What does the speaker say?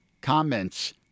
comments